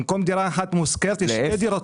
במקום דירה אחת מושכרת יש שתיים.